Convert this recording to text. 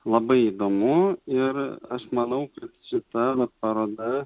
labai įdomu ir aš manau kad šita paroda